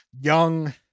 young